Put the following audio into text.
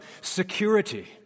security